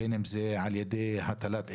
בין אם על ידי הטלת עיצומים,